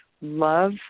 Love